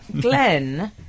Glenn